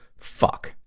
fuck,